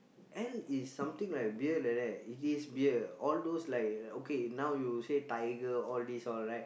ale is something like beer like that it is beer all those like okay now you say Tiger all this all right